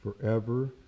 forever